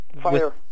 fire